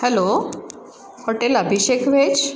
hello hotel Abhishek veg